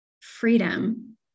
freedom